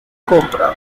compra